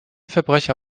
verbrecher